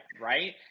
right